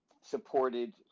supported